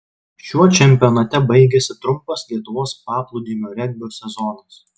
šiuo čempionate baigėsi trumpas lietuvos paplūdimio regbio sezonas